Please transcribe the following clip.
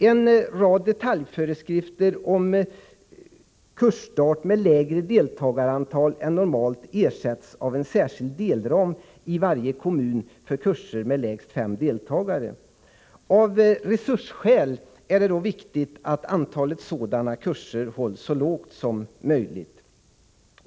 En rad detaljföreskrifter om kursstart med lägre deltagarantal än normalt ersätts av en särskild delram i varje kommun för kurser med lägst fem deltagare. Av resursskäl är det dock viktigt att antalet sådana kurser hålls så lågt som möjligt.